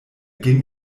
ging